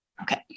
Okay